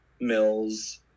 mills